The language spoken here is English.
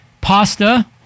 Pasta